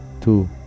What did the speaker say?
two